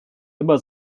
immer